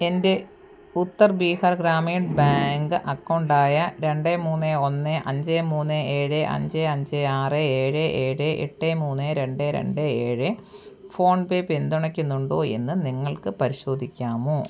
എൻ്റെ Uttar Bihar Gramin bank account ആയ രണ്ട് മൂന്ന് ഒന്ന് അഞ്ച് മൂന്ന് ഏഴ് അഞ്ച് അഞ്ച് ആറ് ഏഴ് ഏഴ് എട്ട് മൂന്ന് രണ്ട് രണ്ട് ഏഴ് ഫോൺപേ പിന്തുണയ്ക്കുന്നുണ്ടോ എന്ന് നിങ്ങൾക്ക് പരിശോധിക്കാമോ